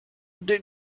take